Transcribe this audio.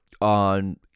on